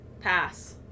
Pass